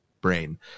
brain